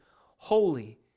holy